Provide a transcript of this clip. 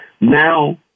now